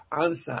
answer